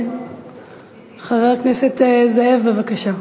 חבר הכנסת זאב, בבקשה.